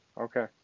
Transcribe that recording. Okay